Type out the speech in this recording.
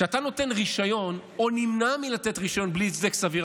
כשאתה נותן רישיון או נמנע מלתת רישיון בלי הצדק סביר,